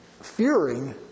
fearing